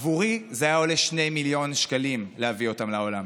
בעבורי זה היה עולה 2 מיליון שקלים להביא אותם לעולם.